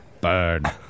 Bird